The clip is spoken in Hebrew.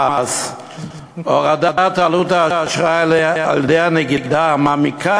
הורדת עלות האשראי על-ידי הנגידה מעמיקה